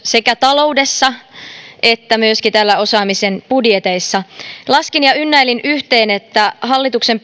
sekä taloudessa että myöskin täällä osaamisen budjeteissa laskin ja ynnäilin yhteen että hallituksen